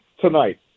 tonight